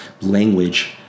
language